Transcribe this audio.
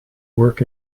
work